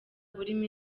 burimo